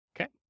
Okay